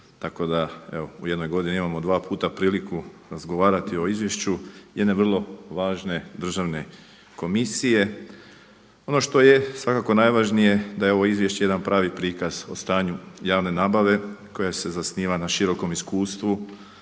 tako da evo u jednoj godini imamo dva puta priliku razgovarati o izvješću jedne vrlo važne državne komisije. Ono što je svakako najvažnije da je ovo izvješće jedan pravi prikaz o stanju javne nabave koja se zasniva na širokom iskustvu,